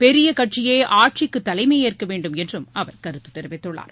பெரிய கட்சியே ஆட்சிக்கு தலைமையேற்க வேண்டும் என்றும் அவர் கருத்து தெரிவித்துள்ளார்